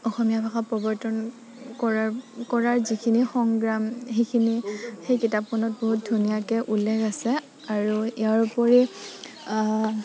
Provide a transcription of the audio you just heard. অসমীয়া ভাষা প্ৰৱৰ্তন কৰাৰ কৰাৰ যিখিনি সংগ্ৰাম সেইখিনি সেই কিতাপখনত বহুত ধুনীয়াকে উল্লেখ আছে আৰু ইয়াৰ উপৰিও